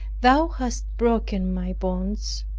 thou hast broken my bonds,